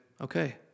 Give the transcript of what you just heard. okay